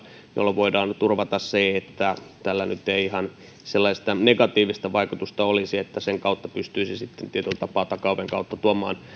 jolloin voidaan turvata se että tällä nyt ei ihan sellaista negatiivista vaikutusta olisi että sen kautta pystyisi sitten tietyllä tapaa takaoven kautta tuomaan